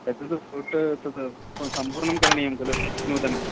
एतत् तत् सम्पूर्णं करणीयं खलु नूतनम्